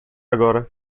agora